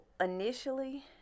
initially